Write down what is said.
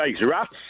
rats